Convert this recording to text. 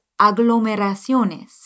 aglomeraciones